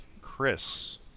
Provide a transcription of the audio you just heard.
chris